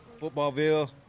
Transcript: Footballville